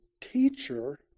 teacher